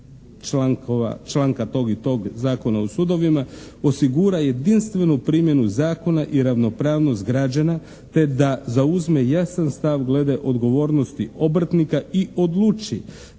članka tog i tog Zakona o sudovima osigura jedinstvenu primjenu zakona i ravnopravnost građana, te da zauzme jasan stav glede odgovornosti obrtnika i odluči